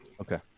okay